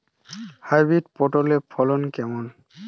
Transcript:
Hybrid পটলের ফলন কেমন?